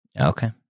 Okay